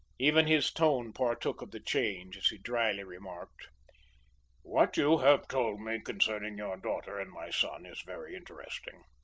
even his tone partook of the change as he dryly remarked what you have told me concerning your daughter and my son is very interesting.